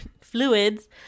fluids